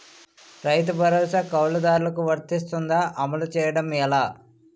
రైతు భరోసా కవులుదారులకు వర్తిస్తుందా? అమలు చేయడం ఎలా